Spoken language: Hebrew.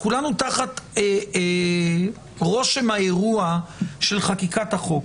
כולנו תחת רושם האירוע של חקיקת החוק,